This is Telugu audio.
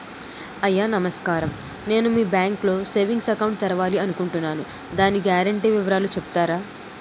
అయ్యా నమస్కారం నేను మీ బ్యాంక్ లో సేవింగ్స్ అకౌంట్ తెరవాలి అనుకుంటున్నాను దాని గ్యారంటీ వివరాలు చెప్తారా?